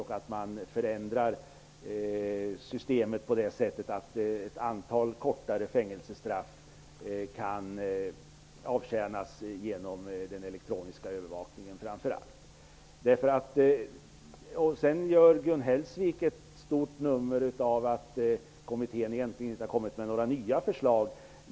Då kan man förändra systemet så att ett antal kortare fängelsestraff kan avtjänas genom framför allt elektronisk övervakning. Sedan gör Gun Hellsvik ett stort nummer av att kommittén egentligen inte har kommit med några nya förslag.